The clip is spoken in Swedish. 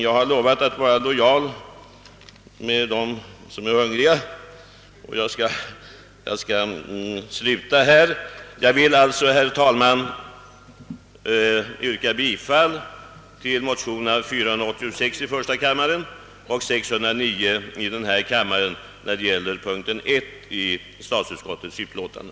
Jag vill, herr talman, yrka bifall till motionerna I:486 och II:609 under punkten 1 i statsutskottets utlåtande.